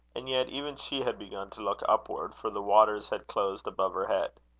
and yet even she had begun to look upward, for the waters had closed above her head.